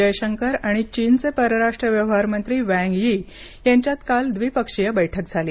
जयशंकर आणि चीनचे परराष्ट्र व्यवहार मंत्री वँग यी यांच्यात काल द्विपक्षीय बैठक झाली